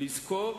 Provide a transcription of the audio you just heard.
ומציע לזכור